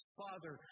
father